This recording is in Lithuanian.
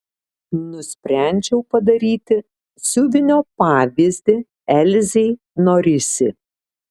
nusprendžiau padaryti siuvinio pavyzdį elzei norisi